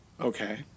Okay